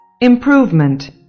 improvement